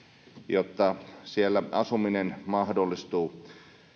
jotta siellä asuminen mahdollistuu